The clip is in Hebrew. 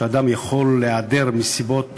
שאדם יכול להיעדר מהצבא מסיבות